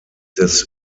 des